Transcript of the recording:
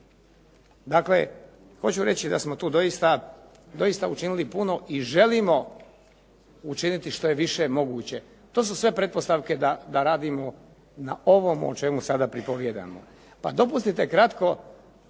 Dakle, hoću reći da smo tu doista učinili puno i želimo učiniti što je više moguće. To su sve pretpostavke da radimo na ovome o čemu sada pripovijedamo. Pa dopustite kratko